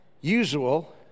usual